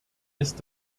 ist